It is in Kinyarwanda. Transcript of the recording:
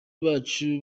bacu